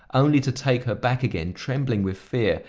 only to take her back again, trembling with fear,